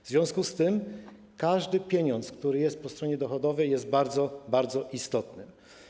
W związku z tym każdy pieniądz, który jest po stronie dochodowej, jest bardzo istotny.